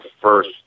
first